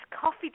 coffee